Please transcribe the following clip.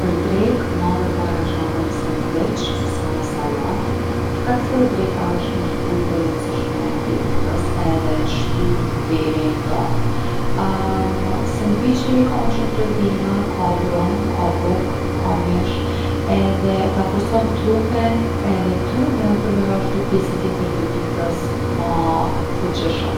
Për drekë ma përpara e kisha hangër ni sendviq se sa ni sallatë, për shkak se edhe dreka osht ni shujtë e rëndsishme e ditës edhe t’shtynë deri n’darkë. sendviqi ka ma shumë proteina, ka bukë, ka brum’ ka mish edhe ta forcon trupin edhe trunin për me vazhdu pjesën tjetër të ditës ma fuqishëm.